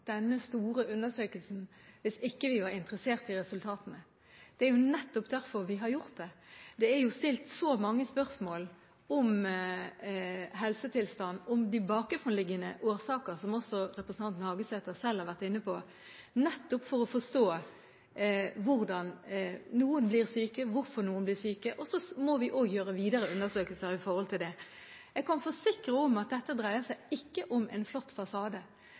resultatene. Det er jo nettopp derfor vi har gjort det. Det er stilt så mange spørsmål om helsetilstand og om de bakenforliggende årsaker – som også representanten Hagesæter selv har vært inne på – nettopp for å forstå hvordan og hvorfor noen blir syke. Vi må også gjøre videre undersøkelser relatert til dette. Jeg kan forsikre om at dette dreier seg ikke om en flott fasade,